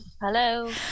hello